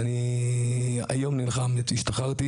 זה לפנות לאנשים שרק מעסיק אותם בירוקרטיה